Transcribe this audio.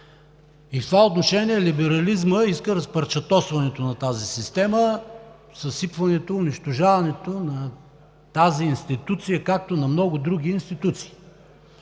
В това отношение либерализмът иска разпарчатосването на тази система, съсипването, унищожаването на тази институция, както и на много други институции.